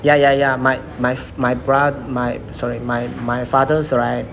ya ya ya my my my bro~ my sorry my my father's right